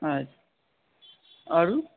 हजुर अरू